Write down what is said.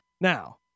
now